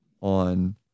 on